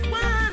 one